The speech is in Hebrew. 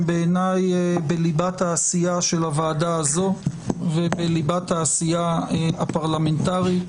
בעיניי בליבת העשייה של הוועדה הזו ובליבת העשייה הפרלמנטרית.